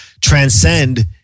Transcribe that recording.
transcend